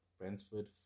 Brentford